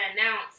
announce